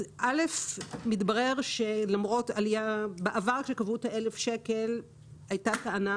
בעבר עת קבעו את ה-1,000 שקלים הייתה טענה